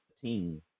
team